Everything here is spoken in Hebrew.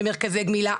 במרכזי גמילה,